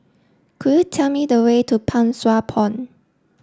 could you tell me the way to Pang Sua Pond